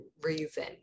reason